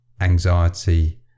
anxiety